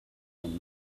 than